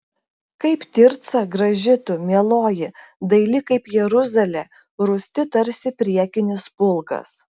kaip tirca graži tu mieloji daili kaip jeruzalė rūsti tarsi priekinis pulkas